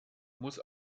muss